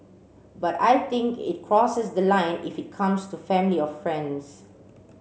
but I think it crosses the line if it comes to family or friends